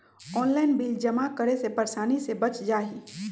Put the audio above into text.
Online bill जमा करे से परेशानी से बच जाहई?